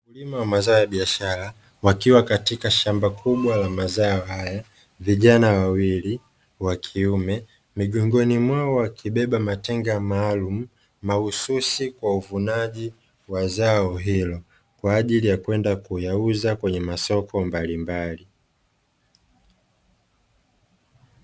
Wakulima wa mazao ya biashara, wakiwa katika shamba kubwa la mazao haya. Vijana wawili wa kiume migongoni mwao wakibeba matenga maalumu, mahususi kwa uvunaji wa zao hilo kwa ajili ya kwenda kuyauza kwenye masoko mbalimbali.